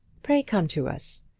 pray come to us.